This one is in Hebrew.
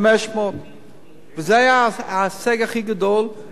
500,000. זה היה ההישג הכי גדול בהסכם,